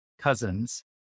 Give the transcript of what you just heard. cousins